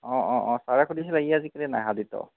অঁ অঁ ছাৰে সুধিছিলে ই আজি কেলৈ নাই অহা দিত